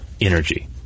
energy